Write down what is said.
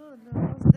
לא מפריע.